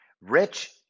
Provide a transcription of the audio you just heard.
rich